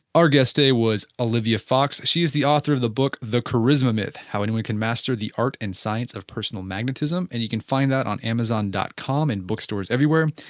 our guest today was olivia fox. she is the author of the book, the charisma myth how anyone can master the art and science of personal magnetism and you can find that on amazon dot com and bookstores everywhere.